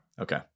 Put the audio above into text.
Okay